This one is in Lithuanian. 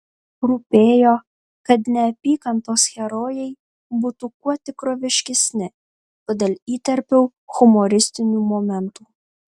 rūpėjo kad neapykantos herojai būtų kuo tikroviškesni todėl įterpiau humoristinių momentų